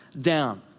down